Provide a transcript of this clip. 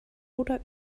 oder